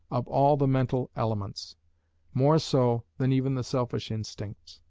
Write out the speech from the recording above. of all the mental elements more so than even the selfish instincts.